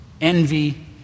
envy